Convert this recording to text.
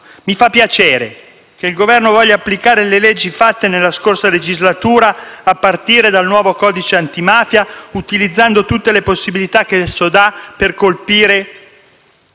Mi fa piacere che il Governo voglia applicare le leggi varate nella scorsa legislatura, a partire dal nuovo codice antimafia, utilizzando tutte le possibilità che esso prevede per colpire